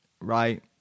right